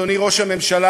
אדוני ראש הממשלה,